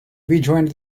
rejoined